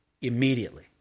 immediately